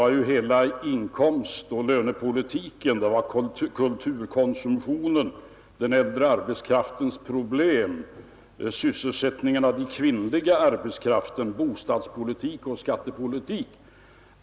Han tog upp hela inkomstoch lönepolitiken, kulturkonsumtionen, den äldre arbetskraftens problem, sysselsättningen av den kvinnliga arbetskraften, bostadspolitiken och skattepolitiken.